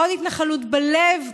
עוד התנחלות בלב,